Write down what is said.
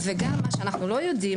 וגם מה שאנחנו לא יודעים,